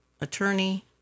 attorney